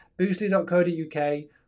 boostly.co.uk